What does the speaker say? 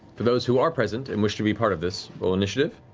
for those who are present and wish to be part of this roll initiative.